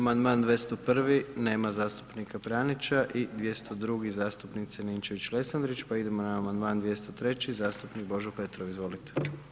Amandman 201. nema zastupnika Pranića i 202. zastupnice Ninčević Lesandrić, pa idemo na amandman 203. zastupnik Božo Petrov, izvolite.